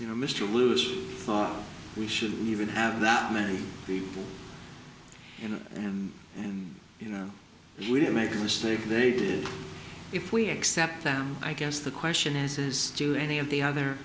you know mr lewis thought we should even have that many people you know and you know we didn't make a mistake they did if we accept them i guess the question is is do any of the other